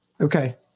Okay